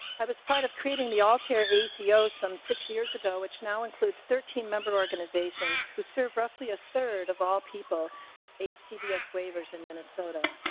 i was part of creating the altar a ceo some six years ago which now includes thirteen member organizations who serve roughly a third of all people with h cbs waivers in minnesota.